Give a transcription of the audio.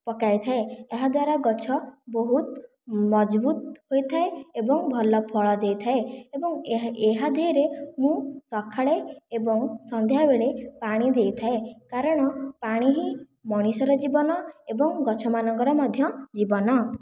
ପକାଇଥାଏ ଏହାଦ୍ଵାରା ଗଛ ବହୁତ ମଜବୁତ ହୋଇଥାଏ ଏବଂ ଭଲ ଫଳ ଦେଇଥାଏ ଏବଂ ଏହା ଦେହରେ ମୁଁ ସକାଳେ ଏବଂ ସନ୍ଧ୍ୟାବେଳେ ପାଣି ଦେଇଥାଏ କାରଣ ପାଣି ହିଁ ମଣିଷର ଜୀବନ ଏବଂ ଗଛମାନଙ୍କର ମଧ୍ୟ ଜୀବନ